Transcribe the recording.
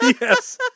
Yes